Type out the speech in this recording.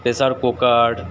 pressure cooker